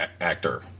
actor